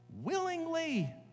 willingly